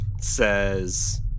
says